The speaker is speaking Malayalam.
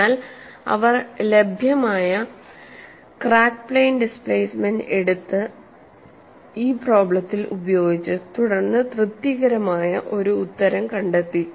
അതിനാൽ അവർ ലഭ്യമായ ക്രാക്ക് പ്ലെയിൻ ഡിസ്പ്ലേസ്മെന്റ് എടുത്ത് ഈ പ്രോബ്ലെത്തിൽ ഉപയോഗിച്ചു തുടർന്ന് തൃപ്തികരമായ ഒരു ഉത്തരം കണ്ടെത്തി